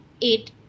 eight